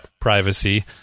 privacy